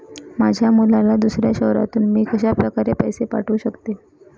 माझ्या मुलाला दुसऱ्या शहरातून मी कशाप्रकारे पैसे पाठवू शकते?